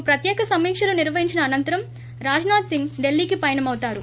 రేపు ప్రత్యేక సమీక్షలు నిర్వహించిన అనంతరం రాజ్నాథ్సింగ్ దిల్లీకి పయనమవుతారు